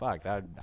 Fuck